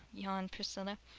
yawned priscilla.